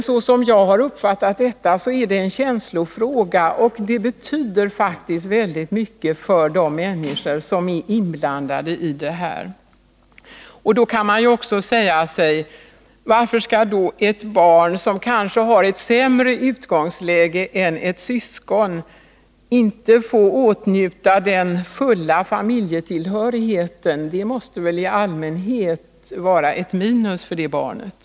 Som jag har uppfattat detta är det en känslofråga, och det betyder faktiskt väldigt mycket för de människor som är inblandade. Man kan också fråga: Varför skall ett barn som kanske har ett sämre utgångsläge än sitt syskon inte få åtnjuta den fulla familjetillhörigheten? Det måste väl i allmänhet vara ett minus för det barnet.